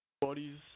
bodies